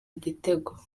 igitego